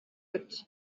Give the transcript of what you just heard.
ati